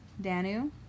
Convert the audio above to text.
Danu